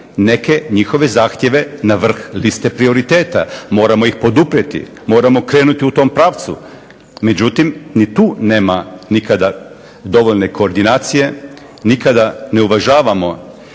neke njihove zahtjeve na vrh liste prioriteta, moramo ih poduprijeti, moramo krenuti u tom pravcu. Međutim, ni tu nema nikada dovoljne koordinacije, nikada ne uvažavamo